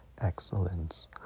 excellence